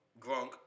grunk